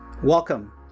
Welcome